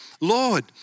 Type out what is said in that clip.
Lord